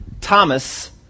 Thomas